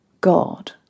God